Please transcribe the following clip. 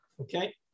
Okay